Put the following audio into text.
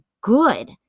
good